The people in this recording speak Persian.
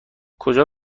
کجا